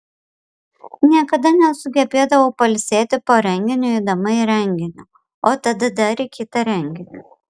niekada nesugebėdavau pailsėti po renginio eidama į renginį o tada dar į kitą renginį